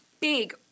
big